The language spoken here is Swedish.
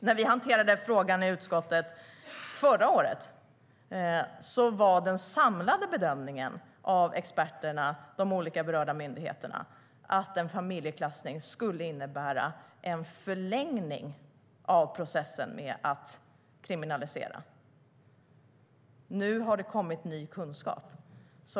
När vi hanterade frågan i utskottet förra året var den samlade bedömningen bland experterna, de berörda myndigheterna, att en familjeklassning skulle innebära en förlängning av processen med att kriminalisera. Nu har det kommit ny kunskap.